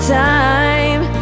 time